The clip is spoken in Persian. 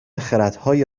خردهای